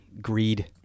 Greed